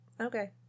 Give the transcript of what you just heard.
Okay